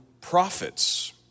prophets